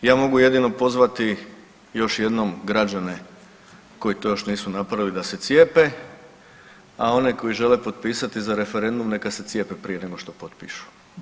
Ja mogu jedino pozvati još jednom građane koji to još nisu napravili da se cijepe, a one koji žele potpisati za referendum neka se cijepe prije nego što potpišu.